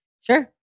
Sure